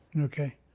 Okay